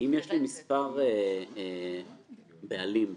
אם יש לי מספר בעלים בחשבון,